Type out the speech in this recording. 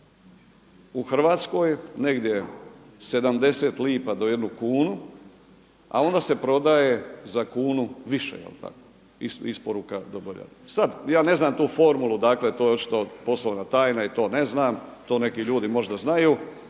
u Hrvatskoj negdje 70 lipa do jednu kunu, a onda se prodaje za kunu više, isporuka. Sada ja ne znam tu formulu, dakle to je očito poslovna tajna i to ne znam, to neki ljudi možda znaju,